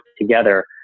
together